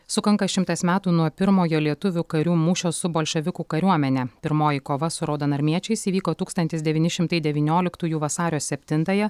sukanka šimtas metų nuo pirmojo lietuvių karių mūšio su bolševikų kariuomene pirmoji kova su raudonarmiečiais įvyko tūkstantis devyni šimtai devynioliktųjų vasario septintąją